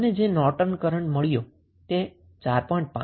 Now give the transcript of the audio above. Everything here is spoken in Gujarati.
આમ તમને જે નોર્ટન કરન્ટ મળ્યો તે 4